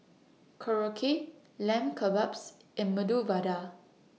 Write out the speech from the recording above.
Korokke Lamb Kebabs and Medu Vada